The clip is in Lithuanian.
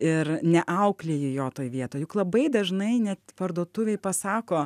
ir neauklėji jo toj vietoj juk labai dažnai net parduotuvėj pasako